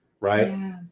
Right